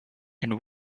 and